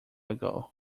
ago